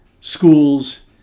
schools